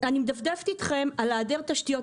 אני מדפדפת אתכם על היעדר תשתיות,